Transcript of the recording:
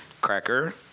Cracker